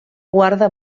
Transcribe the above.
guarda